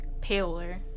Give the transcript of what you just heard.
paler